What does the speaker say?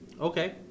Okay